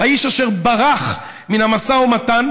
כאשר אני רואה את הוועידה,